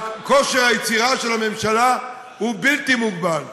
כושר היצירה של הממשלה הוא בלתי מוגבל,